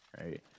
Right